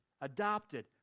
adopted